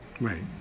Right